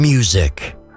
Music